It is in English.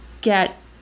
get